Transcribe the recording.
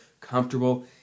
comfortable